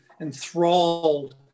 enthralled